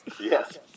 Yes